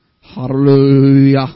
Hallelujah